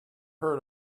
heard